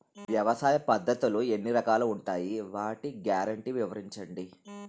వ్యవసాయ పద్ధతులు ఎన్ని రకాలు ఉంటాయి? వాటి గ్యారంటీ వివరించండి?